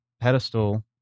pedestal